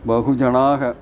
बहवः जनाः